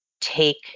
take